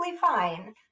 fine